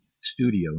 studio